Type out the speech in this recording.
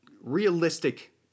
realistic